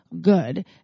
good